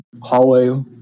hallway